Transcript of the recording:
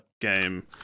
game